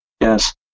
Yes